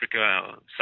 Africa